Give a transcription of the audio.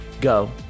Go